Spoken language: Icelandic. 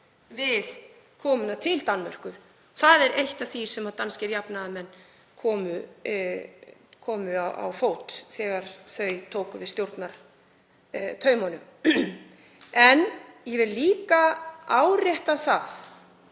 við komuna til Danmerkur. Það er eitt af því sem danskir jafnaðarmenn stóðu fyrir þegar þeir tóku við stjórnartaumunum. Ég vil líka árétta það